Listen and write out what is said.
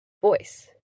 voice